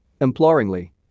imploringly